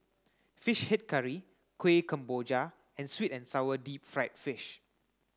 fish head curry Kuih Kemboja and sweet and sour deep fried fish